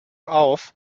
auf